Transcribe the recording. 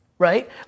Right